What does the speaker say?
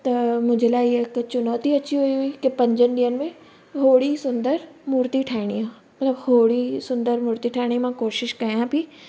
त मुंहिंजे लाइ ईहा हिकु चुनौती अची वई हुई की पंजनि ॾींहंनि में अहिड़ी ई सुंदर मुर्ती ठाहिणी आहे पर अहिड़ी सुंदर मूर्ती ठाहिणी मां कोशिशि कयां बि